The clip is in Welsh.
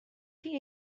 chi